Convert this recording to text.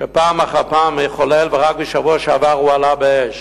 שפעם אחר פעם מחולל, ורק בשבוע שעבר הועלה באש,